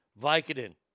Vicodin